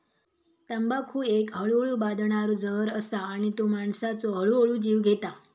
तंबाखू एक हळूहळू बादणारो जहर असा आणि तो माणसाचो हळूहळू जीव घेता